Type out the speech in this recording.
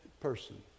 person